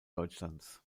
deutschlands